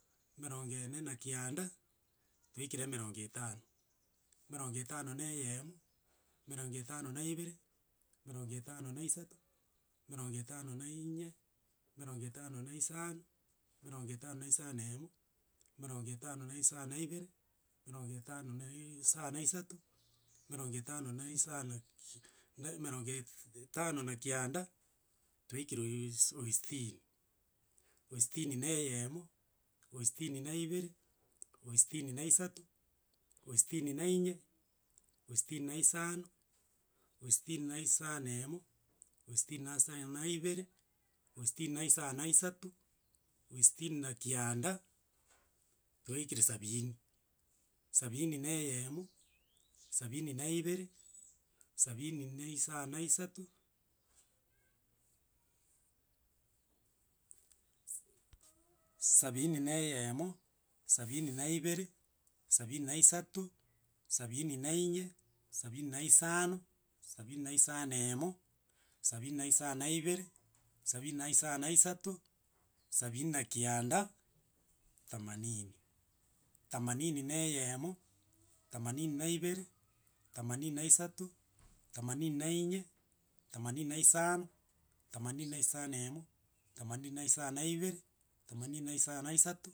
Emerongo ene na kianda, twaikire emerongo etano, emerngo etano na eyemo, emerongo etano na ibere, emerongo etano na isato, emerongo etano na inye, emerongo etano na isano, emerongo etano na isano na emo, emerongo etano na isano na ibere, emerongo etano na iiisano na isato, emerongo etano na isano kia eme emerongo eth etano na kianda, twaikire ois oistini, oistini na eyemo, oistini na ibere, oistini na isato, oistini na inye, oistini na isano oistini na isano na emo, oistini na asayana na ibere, oistini na isano na isato, oistini na kianda, twaikire sabiini. Sabini na eyemo, sabini na ibere, sabini na isano na isato, sa sabini na eyemo, sabini na ibere, sabini na isato, sabini na inye, sabini na isano, sabini na isano na emo, sabini na isano na ibere, sabini na isano na isato, sabini na kianda, thamanini. Thamanini na eyemo, thamanini na ibere, thamanini na isato, thamanini na inye, thamanini na isano, thamanini na isano na emo, thamanini na isano na ibere, thamanini na isano na isato.